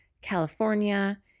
California